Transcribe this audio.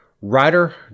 writer